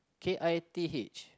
K I T H